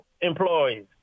employees